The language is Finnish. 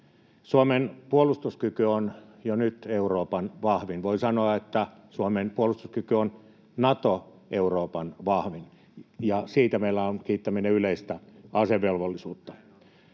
Suomen puolustuskyky on jo nyt Euroopan vahvin — voi sanoa, että Suomen puolustuskyky on Nato-Euroopan vahvin, ja siitä meillä on kiittäminen yleistä asevelvollisuutta.